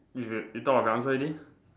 you you thought of the answer already